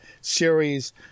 series